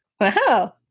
Wow